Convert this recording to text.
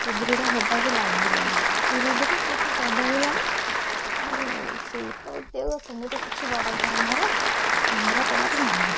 ସୁଦୃଢ଼ ହେବାକୁ ଲାଗିଲାଣି ଧୀରେ ଧୀରେ ସେଇଠି ବଦଳିଲାଣି ଆଉ ଶିଳ୍ପ ଉଦ୍ୟୋଗ ସେମିତି କିଛି ବଡ଼ ଧରଣର କେନ୍ଦ୍ରପଡ଼ାରେ ନାହିଁ